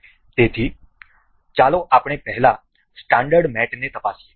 તેથી ચાલો આપણે પહેલા સ્ટાન્ડર્ડ મેટને તપાસીએ